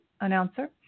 announcer